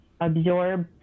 absorb